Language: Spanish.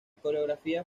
coreografía